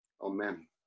Amen